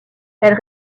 elle